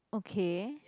okay